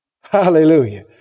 Hallelujah